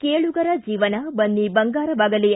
ಕೇಳುಗರ ಜೀವನ ಬನ್ನಿ ಬಂಗಾರವಾಗಲಿ